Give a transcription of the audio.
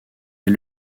est